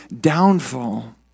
downfall